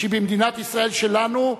שבמדינת ישראל שלנו,